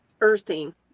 earthing